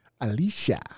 Alicia